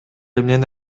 эмнени